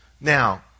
Now